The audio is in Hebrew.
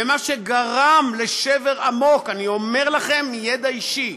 ומה שגרם לשבר עמוק, אני אומר לכם מידע אישי,